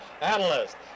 Analyst